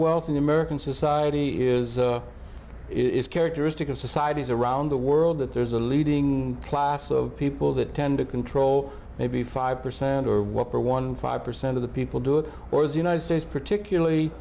wealth in american society is is characteristic of societies around the world that there's a leading class of people that tend to control maybe five percent or whatever one five percent of the people do it or is the united states particularly